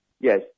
Yes